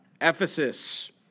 Ephesus